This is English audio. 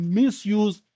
misuse